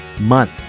month